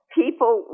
people